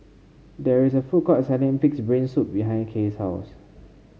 there is a food court selling pig's brain soup behind Kay's house